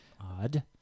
Odd